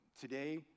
Today